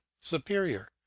superior